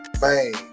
man